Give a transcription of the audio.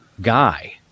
Guy